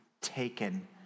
taken